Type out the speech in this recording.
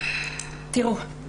דיון